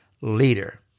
leader